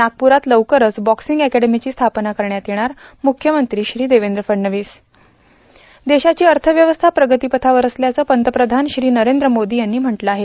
नागपुरात लवकरच बॉक्सिंग एकेडमीची स्थापना करण्यात येणार मुख्यमंत्री श्री देवेंद्र फडणवीस देशाची अर्थव्यवस्था प्रगती पथावर असल्याचं पंतप्रधान श्री नरेंद्र मोदी यांनी म्हटलं आहे